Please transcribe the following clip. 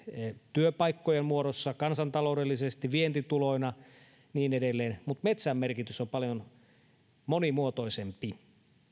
työpaikkojen muodossa kansantaloudellisesti vientituloina ja niin edelleen mutta metsän merkitys on paljon monimuotoisempi